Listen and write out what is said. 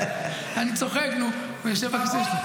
אני צוחק, הוא יושב בכיסא שלו.